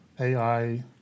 AI